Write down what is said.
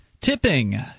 Tipping